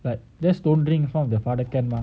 but just don't drink in front of the father can mah